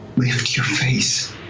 lift your face.